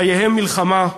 חייהם מלחמה,